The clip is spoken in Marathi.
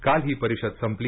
काल ही परिषद संपली